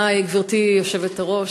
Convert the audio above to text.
גברתי היושבת-ראש,